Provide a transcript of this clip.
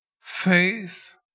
faith